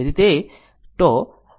આ τ છે